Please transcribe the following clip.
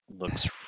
looks